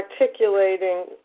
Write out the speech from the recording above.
articulating